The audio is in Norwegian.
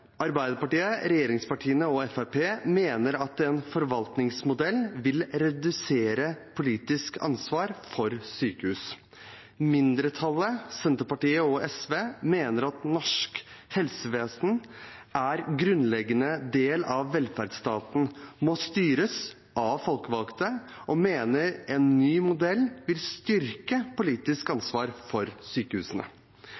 Arbeiderpartiet, regjeringspartiene og Fremskrittspartiet – mener at en forvaltningsmodell vil redusere politisk ansvar for sykehus. Mindretallet – Senterpartiet og SV – mener at norsk helsevesen er en grunnleggende del av velferdsstaten og må styres av folkevalgte, og at en ny modell vil styrke politisk